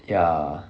ya